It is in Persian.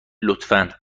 لطفا